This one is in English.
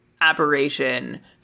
aberration